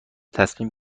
تصمیم